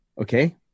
Okay